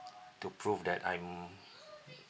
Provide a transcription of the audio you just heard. to prove that I'm